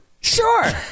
Sure